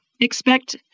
expect